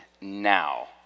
now